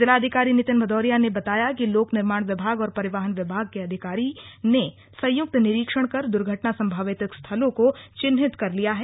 जिलाधिकारी नितिन भदौरिया ने बताया कि लोक निर्माण विभाग और परिवहन विभाग के अधिकारी ने संयुक्त निरीक्षण कर दुर्घटना सम्भावित स्थलों को चिन्हित कर लिया है